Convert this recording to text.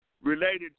related